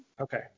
Okay